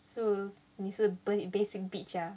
so 你是 basic bitch ah